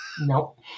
Nope